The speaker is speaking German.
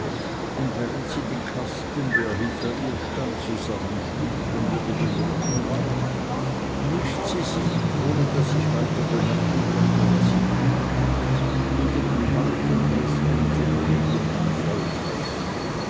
und während sie den kasten der hinter ihr stand zusammenschlug und über den rücken warf mischt sie sich ohne daß ich weiter bemerken konnte was sie tut unter den haufen des uns umringenden volks